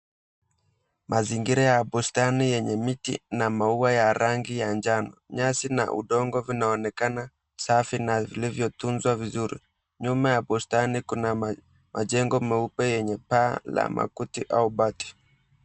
Mazingira ya bustani yenye miti na maua ya rangi ya njano. Nyasi na udongo vinaonekana safi na vilivyotunzwa vizuri. Nyuma ya bustani kuna majengo meupe yenye paa la makuti au bati.